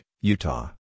Utah